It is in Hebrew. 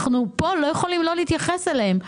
אנחנו כאן לא יכולים שלא להתייחס אליהם.